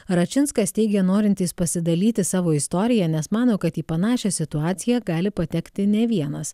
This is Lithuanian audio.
račinskas teigė norintis pasidalyti savo istoriją nes mano kad į panašią situaciją gali patekti ne vienas